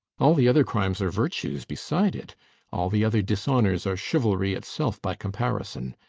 all the other crimes are virtues beside it all the other dishonors are chivalry itself by comparison.